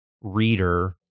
reader